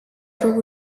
through